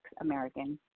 American